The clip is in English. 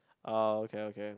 oh okay okay